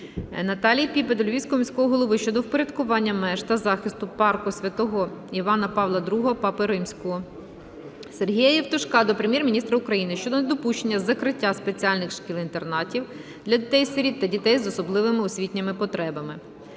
Наталії Піпи до Львівського міського голови щодо впорядкування меж та захисту парку Святого Івана Павла ІІ Папи Римського. Сергія Євтушка до Прем'єр-міністра України щодо недопущення закриття спеціальних шкіл-інтернатів для дітей-сиріт та дітей з особливими освітніми потребами.